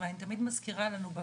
אבל אני תמיד מזכירה לנו,